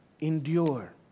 endure